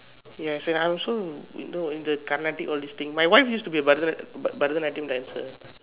yes and I also in the in the Carnatic my wife used to be a Bharata~ Bharatanatyam dancer